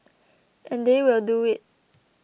and they will do it